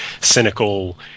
cynical